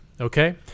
Okay